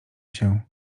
się